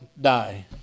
die